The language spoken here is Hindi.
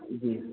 जी